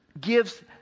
gives